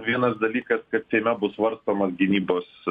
vienas dalykas kad seime bus svarstomas gynybos